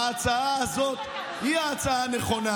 ההצעה הזו היא ההצעה הנכונה.